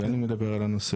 אני מאוד מודה לך.